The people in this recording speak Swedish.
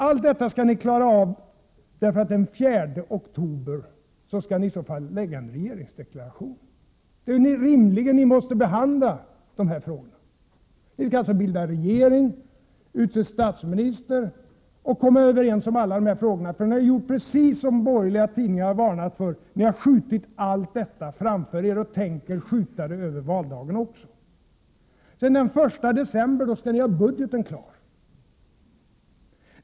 Allt detta skall ni klara av innan ni den 4 oktober lägger fram en regeringsdeklaration, där ni ju rimligen måste behandla de här frågorna. På den tiden skall ni alltså bilda regering, utse statsminister och komma överens om alla de här frågorna, för ni har gjort precis det som borgerliga tidningar har varnat för: ni har skjutit allt detta framför er och tänker skjuta det över valdagen också. Sedan skall ni den 1 december ha budgeten klar.